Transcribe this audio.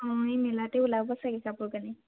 অঁ এই মেলাতে ওলাব চাগে কাপোৰ কানি